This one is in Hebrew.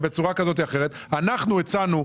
אנחנו הצענו,